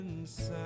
inside